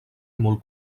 molt